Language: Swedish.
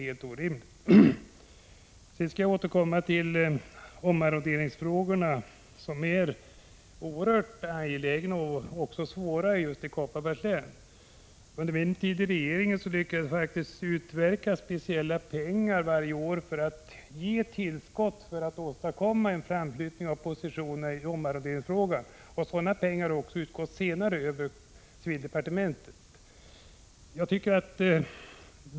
1985/86:110 orimligt. 7 april 1986 Sedan vill jag återkomma till omarronderingsfrågorna, som är angelägna SIA Sn och också svåra just i Kopparbergs län. Under min tid i regeringen lyckades jag faktiskt utverka speciella medel över kommundepartementet varje år som tillskott för att man skulle åstadkomma en framflyttning av positionerna i omarronderingsfrågan. Sådana medel har utgått också senare, och då över civildepartementets budget.